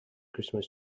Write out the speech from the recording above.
christmas